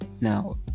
Now